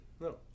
no